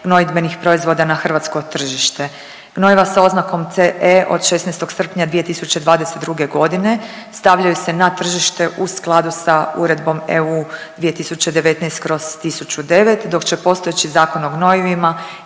gnojidbenih proizvoda na hrvatsko tržište. Gnojiva sa oznakom CE od 16. srpnja 2022. godine stavljaju se na tržište u skladu sa Uredbom EU 2019/1009 dok će postojeći Zakon o gnojivima